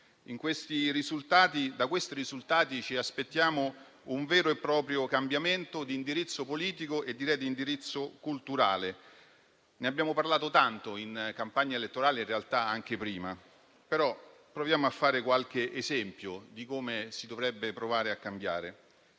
da questi risultati ci aspettiamo un vero e proprio cambiamento di indirizzo politico e direi di indirizzo culturale. Ne abbiamo parlato tanto in campagna elettorale (in realtà anche prima), però proviamo a fare qualche esempio di come si dovrebbe provare a cambiare.